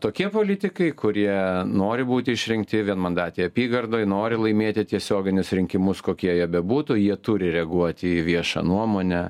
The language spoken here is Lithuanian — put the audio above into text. tokie politikai kurie nori būti išrinkti vienmandatėj apygardoj nori laimėti tiesioginius rinkimus kokie jie bebūtų jie turi reaguoti į viešą nuomonę